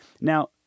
Now